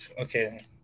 okay